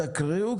תקריאו,